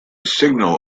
signal